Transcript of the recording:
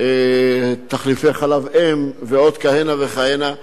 תחליפי חלב-אם ועוד כהנה וכהנה.